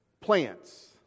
plants